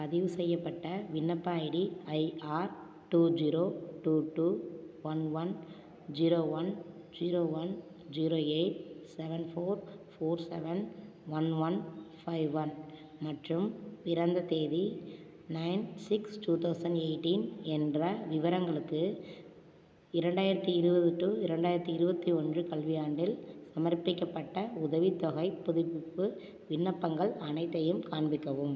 பதிவுசெய்யப்பட்ட விண்ணப்ப ID I R two zero two two one one zero one zero one zero eight seven four four seven one one five one மற்றும் பிறந்த தேதி nine six two thousand eighteen என்ற விவரங்களுக்கு இரண்டாயிரத்தி இருபது to இரண்டாயிரத்தி இருபத்தி ஒன்று கல்வியாண்டில் சமர்ப்பிக்கப்பட்ட உதவித்தொகைப் புதுப்பிப்பு விண்ணப்பங்கள் அனைத்தையும் காண்பிக்கவும்